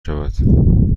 شود